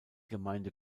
gemeinde